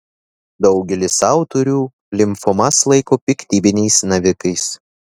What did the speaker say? daugelis autorių limfomas laiko piktybiniais navikais